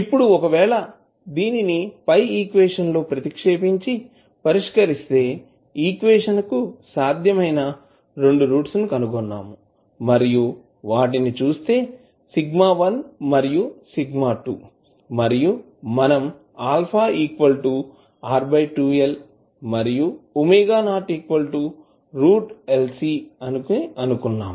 ఇప్పుడు ఒకవేళ దీనిని పై ఈక్వేషన్ లో ప్రతిక్షేపించి పరిష్కరిస్తే ఈక్వేషన్ కు సాధ్యమైన రెండు రూట్స్ ని కనుగొన్నాము మరియు వాటినిచుస్తే σ1 మరియు σ2 మరియు మనం α R 2L మరియు ⍵0√LC అని అనుకున్నాం